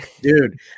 Dude